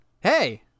Hey